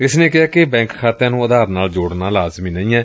ਇਸ ਨੇ ਕਿਹੈ ਕਿ ਬੈਕ ਖਾਤਿਆ ਨੂੰ ਆਧਾਰ ਨਾਲ ਜੋੜਨਾ ਲਾਜ਼ਮੀ ਨਹੀਂ ਏ